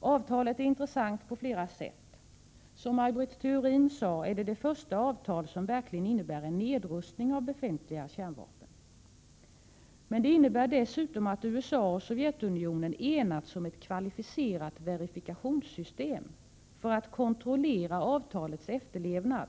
Avtalet är intressant på flera sätt. Som Maj Britt Theorin sade är detta det första avtal som verkligen innebär en nedrustning av befintliga kärnvapen. Det innebär dessutom att USA och Sovjetunionen enats om ett kvalificerat verifikationssystem för att kontrollera avtalets efterlevnad.